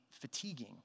fatiguing